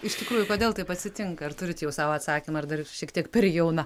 iš tikrųjų kodėl taip atsitinka ar turit jau savo atsakymą ar dar šiek tiek per jauna